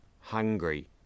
hungry